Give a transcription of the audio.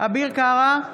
אביר קארה,